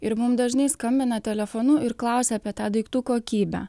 ir mum dažnai skambina telefonu ir klausia apie tą daiktų kokybę